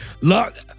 Look